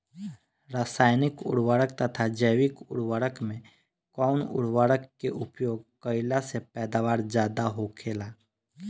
रसायनिक उर्वरक तथा जैविक उर्वरक में कउन उर्वरक के उपयोग कइला से पैदावार ज्यादा होखेला?